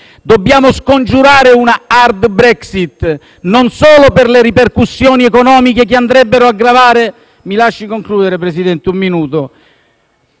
Dobbiamo scongiurare una *hard* Brexit, non solo per le ripercussioni economiche che andrebbero a gravare *(Richiami del Presidente)* - mi